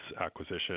acquisition